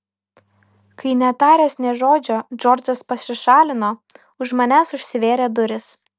kai netaręs nė žodžio džordžas pasišalino už manęs užsivėrė durys